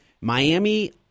Miami